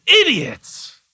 idiots